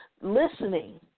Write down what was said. Listening